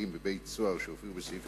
המלים "בבית-סוהר", שהופיעו בסעיף